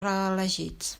reelegits